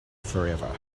forever